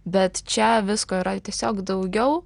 bet čia visko yra tiesiog daugiau